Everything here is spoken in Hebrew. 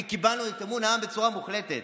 קיבלנו את אמון העם בצורה מוחלטת.